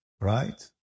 Right